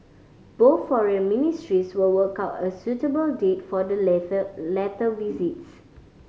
both foreign ministries will work out a suitable date for the latter visits